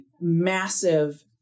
massive